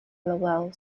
lowell